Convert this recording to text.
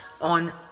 on